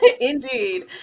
Indeed